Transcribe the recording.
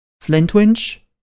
Flintwinch